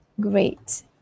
Great